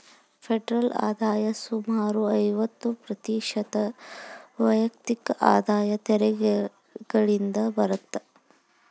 federal ಆದಾಯ ಸುಮಾರು ಐವತ್ತ ಪ್ರತಿಶತ ವೈಯಕ್ತಿಕ ಆದಾಯ ತೆರಿಗೆಗಳಿಂದ ಬರತ್ತ